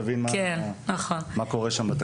ותבין מה קורה שם.